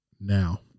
Now